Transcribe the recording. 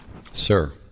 Sir